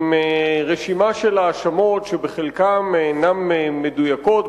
עם רשימה של האשמות שבחלקן אינן מדויקות,